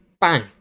Bang